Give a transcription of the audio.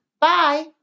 Bye